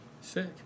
Sick